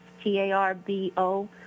T-A-R-B-O